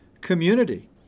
community